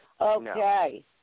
Okay